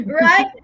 right